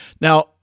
Now